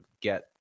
get